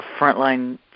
frontline